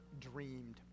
dreamed